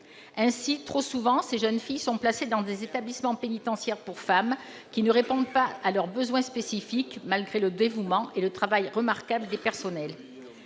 Ainsi, trop souvent, ces jeunes filles sont placées dans des établissements pénitentiaires pour femmes qui ne répondent pas à leurs besoins spécifiques, malgré le dévouement et le travail remarquable des personnels.